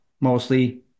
mostly